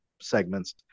segments